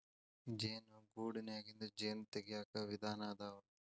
ಜೇನು ಗೂಡನ್ಯಾಗಿಂದ ಜೇನ ತಗಿಯಾಕ ವಿಧಾನಾ ಅದಾವ